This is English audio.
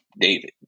David